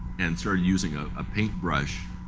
and start using a ah paintbrush,